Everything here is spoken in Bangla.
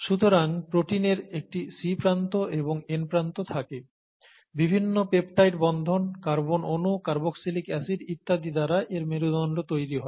সুতরাং প্রোটিনের একটি C প্রান্ত এবং N প্রান্ত থাকে বিভিন্ন পেপটাইড বন্ধন কার্বন অনু কার্বক্সিলিক অ্যাসিড ইত্যাদি দ্বারা এর মেরুদন্ড তৈরি হয়